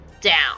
down